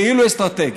כאילו אסטרטגיים.